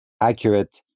accurate